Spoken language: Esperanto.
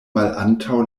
malantaŭ